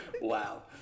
wow